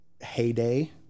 heyday